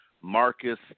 Marcus